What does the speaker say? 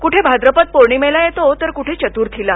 कुठे भाद्रपद पौर्णिमेला येतो तर कुठे चतुर्थीला